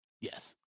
Yes